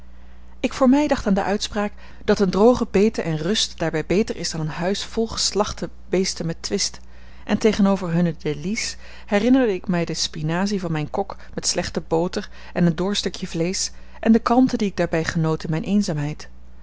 ik voor mij dacht aan de uitspraak dat een droge bete en rust daarbij beter is dan een huis vol geslachte beesten met twist en tegenover hunne délices herinnerde ik mij de spinasie van mijn kok met slechte boter en een dor stukje vleesch en de kalmte die ik daarbij genoot in mijne eenzaamheid